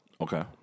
Okay